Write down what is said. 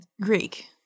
Greek